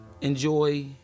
enjoy